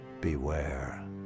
Beware